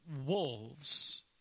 wolves